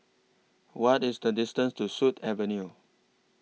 What IS The distance to Sut Avenue